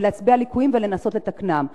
להצביע על ליקויים ולנסות לתקנם.